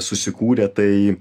susikūrę tai